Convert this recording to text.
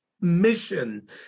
mission